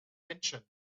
attention